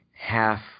half